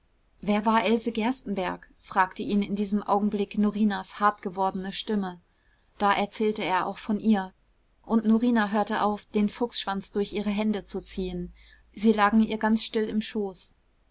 wer war else gerstenbergk fragte ihn in diesem augenblick norinas hart gewordene stimme da erzählte er auch von ihr und norina hörte auf den fuchsschwanz durch ihre hände zu ziehen sie lagen ihr ganz still im schoß